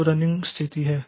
तो रनिंग स्थिति है